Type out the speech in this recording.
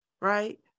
right